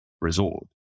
resort